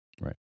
Right